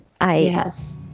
Yes